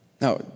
Now